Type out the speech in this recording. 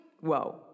whoa